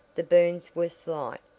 the burns were slight,